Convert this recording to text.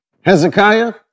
Hezekiah